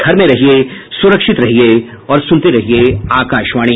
घर में रहिये सुरक्षित रहिये और सुनते रहिये आकाशवाणी